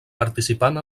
participant